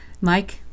Mike